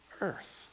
earth